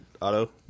auto